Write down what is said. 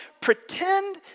pretend